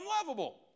unlovable